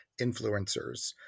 influencers